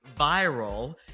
viral